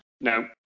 No